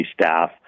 staff